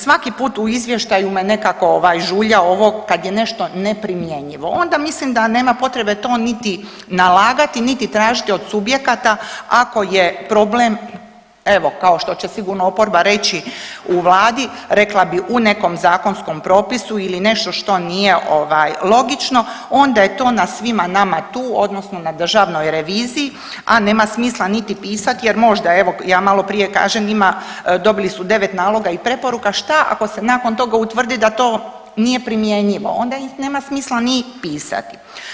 Svaki put u izvještaju me nekako ovaj žulja ovo kad je nešto neprimjenjivo onda mislim da nema potrebe to niti nalagati, niti tražiti od subjekata ako je problem, evo kao što će sigurno oporba reći u vladi, rekla bi u nekom zakonskom propisu ili nešto što nije ovaj logično onda je to na svima nama tu odnosno na državnoj reviziji, a nema smisla niti pisat jer možda evo ja maloprije kažem njima dobili su 9 naloga i preporuka, šta ako se nakon toga utvrdi da to nije primjenjivo, onda ih nema smisla ni pisati.